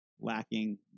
lacking